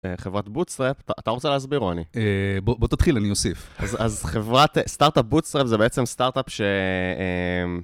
חברת בוטסטראפ, אתה רוצה להסביר או אני? בוא תתחיל, אני אוסיף. אז חברת, סטארט-אפ בוטסטראפ זה בעצם סטארט-אפ ש...